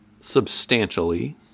substantially